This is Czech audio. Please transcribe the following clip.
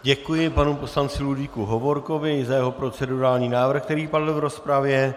Děkuji panu poslanci Ludvíku Hovorkovi i za jeho procedurální návrh, který padl v rozpravě.